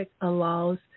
allows